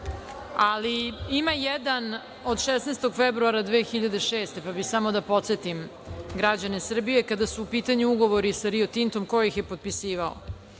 ali ima jedan od 16. februara 2006. godine, pa bih samo da podsetim građane Srbije kada su u pitanju ugovori sa „Rio Tintom“ koji ih je potpisivao.